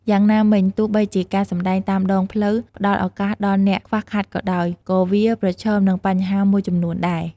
យ៉ាងណាមិញ ទោះបីជាការសម្ដែងតាមដងផ្លូវផ្តល់ឱកាសដល់អ្នកខ្វះខាតក៏ដោយ ក៏វាប្រឈមនឹងបញ្ហាមួយចំនួនដែរ។